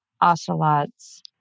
ocelots